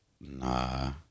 Nah